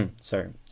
sorry